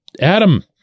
Adam